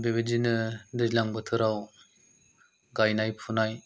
बेबादिनो दैज्लां बोथोराव गायनाय फुनाय